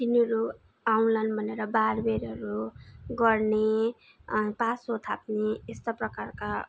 तिनीहरू आउँछन् भनेर वारबेरहरू गर्ने पासो थाप्ने यस्ता प्रकारका